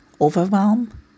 overwhelm